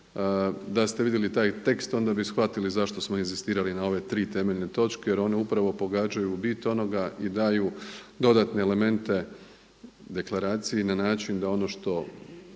Da ste vidjeli taj tekst onda bi shvatili zašto smo inzistirali na ove tri temeljne točke, jer one upravo pogađaju u bit onoga i daju dodatne elemente deklaraciji na način da ono što